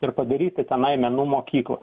ir padaryti tenai menų mokyklą